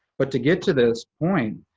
but to get to this point,